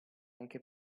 anche